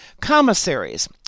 Commissaries